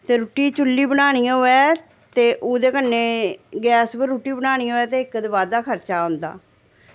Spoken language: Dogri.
ते रुट्टी चुल्ली बनानी होऐ ते ओह्दे कन्नै गैस पर रुट्टी बनानी होऐ ते इक्क ते बाद्धा खर्चा औंदा